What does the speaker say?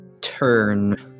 turn